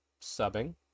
subbing